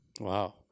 Wow